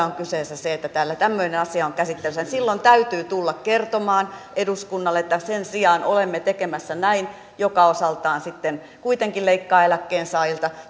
on kyseessä se että täällä tämmöinen asia on käsittelyssä ja silloin täytyy tulla kertomaan eduskunnalle että sen sijaan olemme tekemässä näin mikä osaltaan sitten kuitenkin leikkaa eläkkeensaajilta